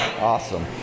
Awesome